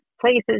places